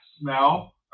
smell